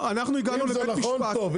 אם זה נכון טוב,